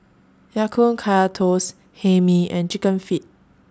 Ya Kun Kaya Toast Hae Mee and Chicken Feet